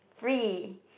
free